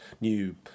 new